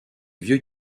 vieux